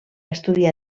estudiar